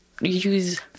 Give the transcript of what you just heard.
use